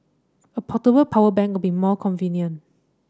a portable power bank will be more convenient